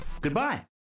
Goodbye